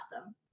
awesome